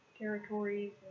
territories